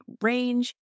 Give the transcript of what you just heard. range